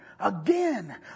Again